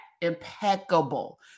impeccable